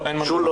לא טיפול,